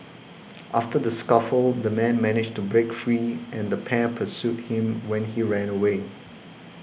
after the scuffle the man managed to break free and the pair pursued him when he ran away